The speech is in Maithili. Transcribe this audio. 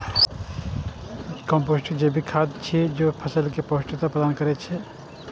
कंपोस्ट जैविक खाद छियै, जे फसल कें पौष्टिकता प्रदान करै छै